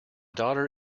daughter